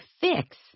fix